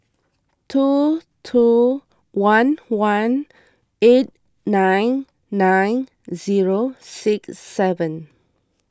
two two one one eight nine nine zero six seven